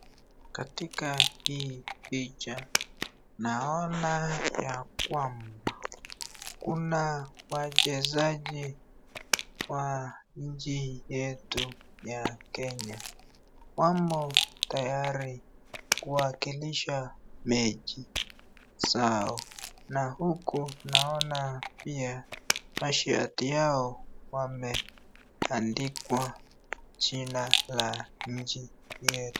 Katika hii picha naona ya kwamba kuna wachezaji wa nchi yetu ya kenya wako tayari kuwakilisha mechi zao na huku naona pia mashati yao wa medandikwa jina yanchi yetu.